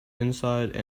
inside